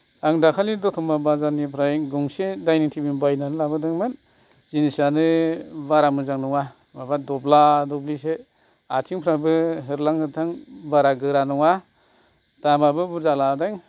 आं दाखालि दत'मा बाजारनिफ्राय गंसे दाइनिं थेबल बायनानै लाबोदोंमोन जिनिस आनो बारा मोजां नङा माबा दबला दबलिसो आथिंफ्राबो होरलां होथां बारा गोरा नङा दामा बो बुरजा लादों